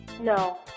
No